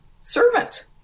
servant